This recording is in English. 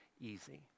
easy